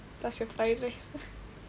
plus your fried rice